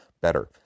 better